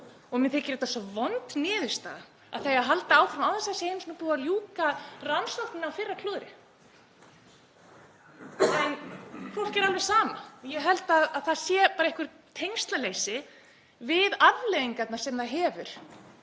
Mér þykir þetta svo vond niðurstaða, að það eigi að halda áfram án þess að það sé einu sinni búið að ljúka rannsókninni á fyrra klúðri. En fólki er alveg sama og ég held að það sé bara eitthvert tengslaleysi við afleiðingarnar sem það hefur